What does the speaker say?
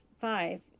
Five